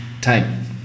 time